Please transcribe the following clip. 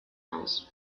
aus